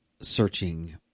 searching